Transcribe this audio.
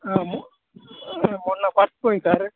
మొన్న పర్స్ పోయింది సార్